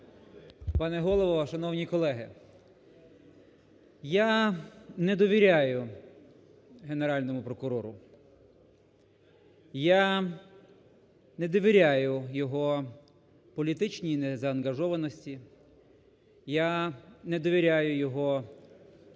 Пане Голово! Шановні колеги! Я не довіряю Генеральному прокурору, я не довіряю його політичній незаангажованості, я не довіряю його